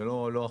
לא כאן.